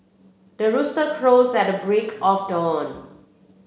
the rooster crows at break of dawn